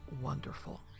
wonderful